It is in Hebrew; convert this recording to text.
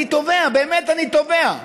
באמת אני תובע,